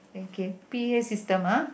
okay P_A system ah